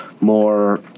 more